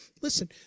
listen